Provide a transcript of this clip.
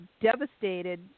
devastated